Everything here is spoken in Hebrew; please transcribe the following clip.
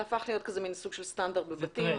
זה הפך להיות סוג של סטנדרט בבתים --- זה טרנד.